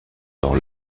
dans